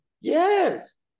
Yes